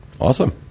Awesome